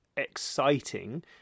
Exciting